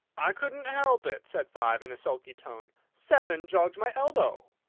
i couldn't help it, said five, in a sulky tone. seven jogged my elbow.